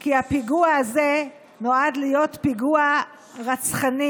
כי הפיגוע הזה נועד להיות פיגוע רצחני.